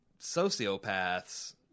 sociopaths